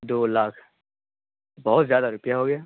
دو لاکھ بہت زیادہ روپیہ ہو گیا